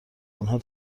آنها